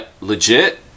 legit